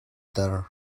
ter